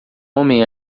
homem